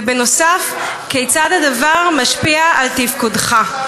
ונוסף על כך, כיצד הדבר משפיע על תפקודך?